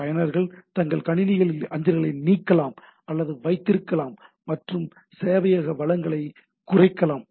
பயனர்கள் தங்கள் கணினிகளில் அஞ்சல்களை நீக்கலாம் அல்லது வைத்திருக்கலாம் மற்றும் சேவையக வளங்களை குறைக்கலாம்